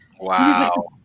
Wow